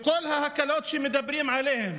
כל ההקלות שמדברים עליהן